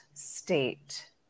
State